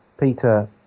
Peter